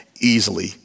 easily